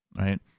Right